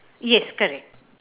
yes correct